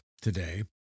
today